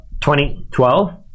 2012